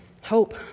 hope